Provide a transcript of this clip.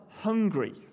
hungry